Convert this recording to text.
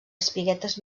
espiguetes